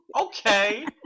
Okay